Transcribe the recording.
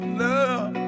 love